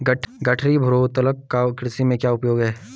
गठरी भारोत्तोलक का कृषि में क्या उपयोग है?